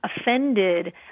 offended